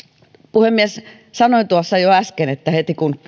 puhemies sanoin tuossa jo äsken että heti kun sisällöstä